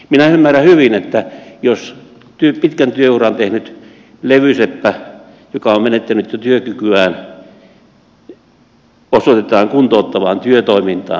minä ymmärrän hyvin ne ongelmat jos pitkän työuran tehnyt levyseppä joka on jo menettänyt työkykyään osoitetaan kuntouttavaan työtoimintaan